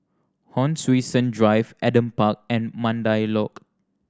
Hon Sui Sen Drive Adam Park and Mandai Lodge